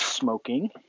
smoking